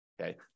okay